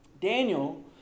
Daniel